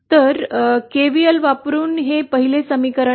तर केव्हीएल वापरून हे पहिले समीकरण आहे